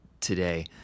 today